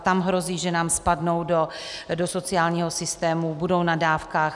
Tam hrozí, že nám spadnou do sociálního systému, budou na dávkách.